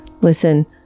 Listen